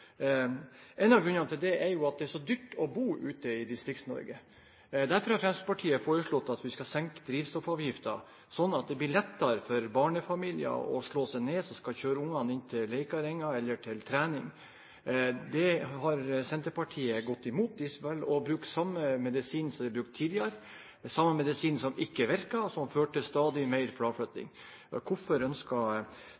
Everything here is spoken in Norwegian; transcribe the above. En av grunnene til det er jo at det er så dyrt å bo ute i Distrikts-Norge. Derfor har Fremskrittspartiet foreslått at vi skal senke drivstoffavgiften, sånn at det skal bli lettere for barnefamilier som skal kjøre barna til leikarring eller trening, å slå seg ned. Det har Senterpartiet gått imot. De velger å bruke samme medisin som de har brukt tidligere – den samme medisin som ikke virker, og som har ført til stadig mer